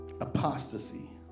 Apostasy